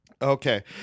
Okay